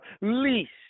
least